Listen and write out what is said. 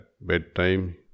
bedtime